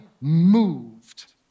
moved